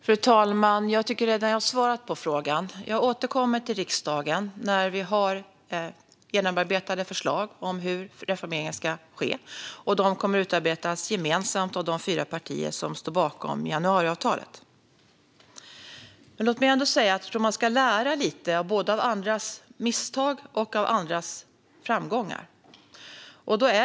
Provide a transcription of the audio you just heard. Fru talman! Jag tycker att jag redan har svarat på frågan. Jag återkommer till riksdagen när vi har genomarbetade förslag om hur reformeringen ska ske. Dessa förslag kommer att utarbetas gemensamt av de fyra partier som står bakom januariavtalet. Låt mig ändå säga att jag tror att man ska lära lite både av andras misstag och av andras framgångar.